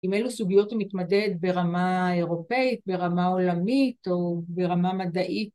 עם אילו סוגיות הן מתמודד ‫ברמה... אירופאית, ברמה עולמית, ‫או... ברמה מדעית,